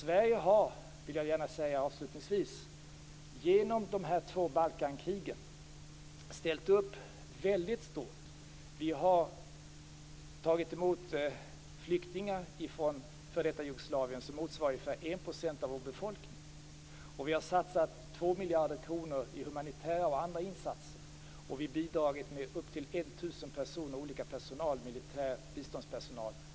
Sverige har, vill jag gärna säga avslutningsvis, genom de två Balkankrigen ställt upp väldigt mycket. Vi har tagit emot flyktingar från f.d. Jugoslavien motsvarande ungefär 1 % av vår befolkning. Vi har satsat två miljarder kronor i humanitära och andra insatser, och vi har bidragit med upp till 1 000 personer - t.ex. militärer och biståndspersonal.